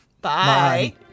Bye